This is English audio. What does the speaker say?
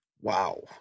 wow